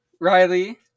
Riley